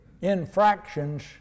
infractions